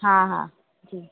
हा हा